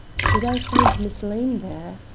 should i find miss lane there?